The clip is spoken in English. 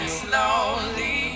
slowly